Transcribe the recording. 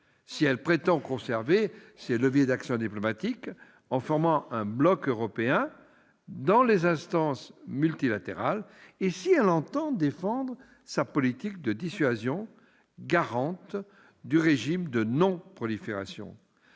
si elle prétend conserver ses leviers d'actions diplomatiques en formant un bloc européen dans les instances multilatérales et si elle entend défendre sa politique de dissuasion, garante du régime de non-prolifération